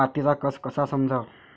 मातीचा कस कसा समजाव?